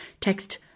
text